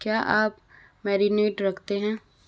क्या आप मैरिनेड रखते हैं